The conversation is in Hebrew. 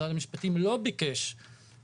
סמוטריץ' בקצרה אני רוצה לעבור לזום.